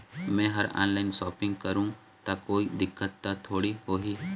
मैं हर online shopping करू ता कोई दिक्कत त थोड़ी होही?